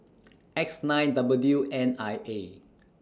X nine W N I A